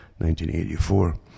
1984